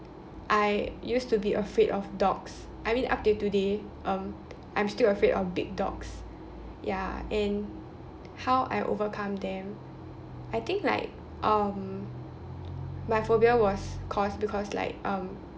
I used to be afraid of dogs I mean up till today um I'm still afraid of big dogs ya and how I overcome them I think like um my phobia was caused because like um